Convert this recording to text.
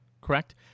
correct